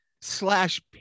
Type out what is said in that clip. slash